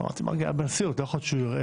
אמרתי מרגי היה בנשיאות, לא יכול להיות שהוא ערער.